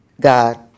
God